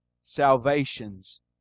salvations